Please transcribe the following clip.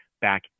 back